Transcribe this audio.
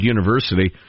University